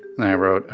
nairo